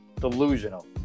Delusional